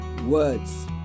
words